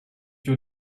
your